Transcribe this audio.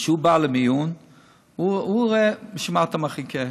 שהוא בא למיון והוא רואה בשביל מה אתה מחכה.